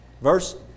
Verse